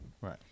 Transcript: right